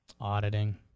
Auditing